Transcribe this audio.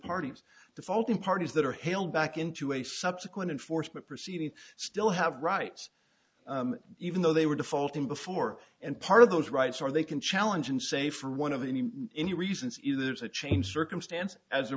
parties the fault in parties that are held back into a subsequent enforcement proceeding still have rights even though they were defaulting before and part of those rights are they can challenge and say for one of any reasons either there's a change circumstance as there